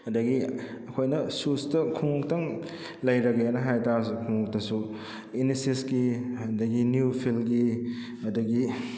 ꯑꯗꯨꯗꯒꯤ ꯑꯩꯈꯣꯏꯅ ꯁꯨꯁꯇ ꯈꯣꯡꯎꯞꯇꯪ ꯂꯩꯔꯒꯦꯅ ꯍꯥꯏꯇꯥꯔꯁꯨ ꯈꯣꯡꯎꯞꯇꯁꯨ ꯏꯟꯅꯤꯁꯤꯁꯀꯤ ꯑꯗꯨꯗꯒꯤ ꯅꯤꯎ ꯐꯤꯜꯒꯤ ꯑꯗꯨꯗꯒꯤ